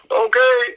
okay